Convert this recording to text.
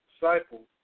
disciples